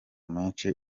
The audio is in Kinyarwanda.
menshi